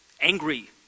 angry